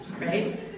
right